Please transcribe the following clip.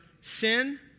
sin